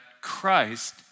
Christ